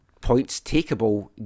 points-takeable